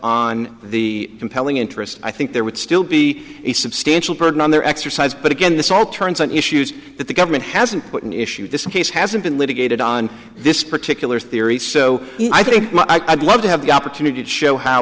on the compelling interest i think there would still be a substantial burden on their exercise but again this all turns on issues that the government hasn't put an issue this case hasn't been litigated on this particular theory so i think i'd love to have the opportunity to show how